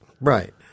right